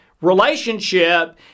relationship